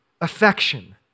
affection